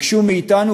ביקשו מאתנו,